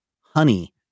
honey